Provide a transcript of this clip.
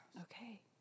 Okay